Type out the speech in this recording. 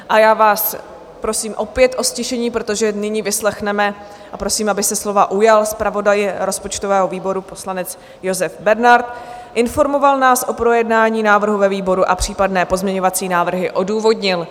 A já vás prosím opět o ztišení, protože nyní vyslechneme, a prosím, aby se slova ujal zpravodaj rozpočtového výboru poslanec Josef Bernard, informoval nás o projednání návrhu ve výboru a případné pozměňovací návrhy odůvodnil.